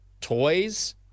toys